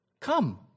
come